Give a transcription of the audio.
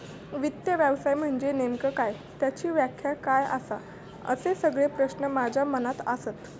वित्त व्यवसाय म्हनजे नेमका काय? त्याची व्याख्या काय आसा? असे सगळे प्रश्न माझ्या मनात आसत